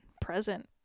present